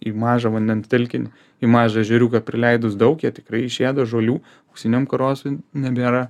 į mažą vandens telkinį į mažą ežeriuką prileidus daug jie tikrai išėda žolių auksiniam karosui nebėra